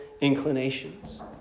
inclinations